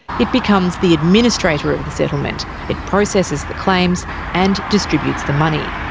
it becomes the administrator of the settlement it processes the claims and distributes the money.